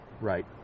Right